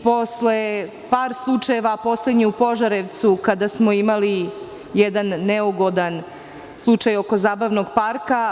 Posle par slučajeva, poslednji u Požarevcu kada smo imali jedan neugodan slučaj oko zabavnog parka.